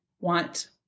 want